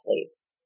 athletes